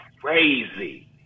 crazy